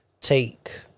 take